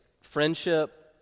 friendship